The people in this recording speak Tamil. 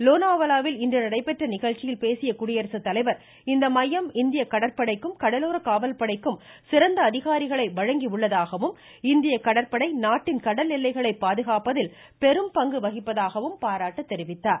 லோனா வாலாவில் இன்று நடைபெற்ற நிகழ்ச்சியில் பேசிய குடியரசுத்தலைவர் இந்த மையம் இந்திய கடற்படைக்கும் கடலோர காவல்படைக்கும் சிறந்த அதிகாரிகளை வழங்கியுள்ளதாகவும் இந்திய கடற்படை நாட்டின் கடல் எல்லைகளை பாதுகாப்பதில் பெரும் பங்கு வகிப்பதாகவும் பாராட்டு தெரிவித்தார்